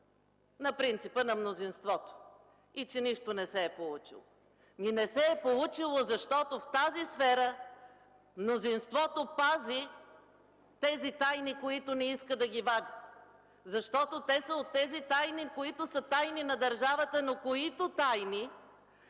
на принципа на мнозинството, и че нищо не се е получило. Не се е получило, защото в тази сфера мнозинството пази тези тайни, които не иска да ги вади! Защото те са тайни на държавата, но точно защото